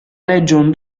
legion